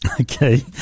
Okay